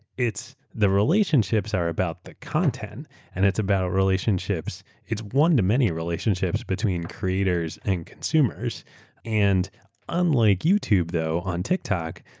the relationships are about the content and it's about relationships. it's one to many relationships between creators and consumers and unlike youtube though, on tiktok,